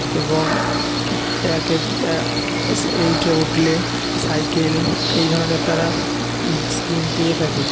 এবং এইটে উঠলে সাইকেল এই ধরনের তারা স্কিম পেয়ে থাকে